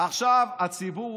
עכשיו, הציבור